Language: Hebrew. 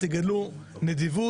תגלו נדיבות.